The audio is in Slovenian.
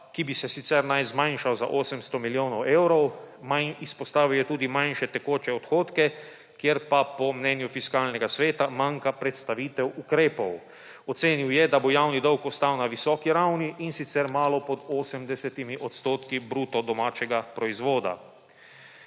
ki bi se sicer naj zmanjšal za 800 milijonov evrov, izpostavil je tudi manjše tekoče odhodke, kjer pa po mnenju Fiskalnega sveta manjka predstavitev ukrepov. Ocenil je, da bo javni dolg ostal na visoki ravni, in sicer malo pod 80 odstotki bruto domačega proizvoda.